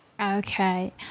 Okay